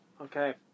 Okay